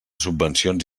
subvencions